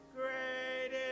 great